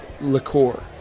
liqueur